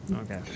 Okay